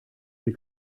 sie